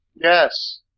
yes